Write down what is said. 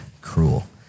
cruel